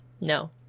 No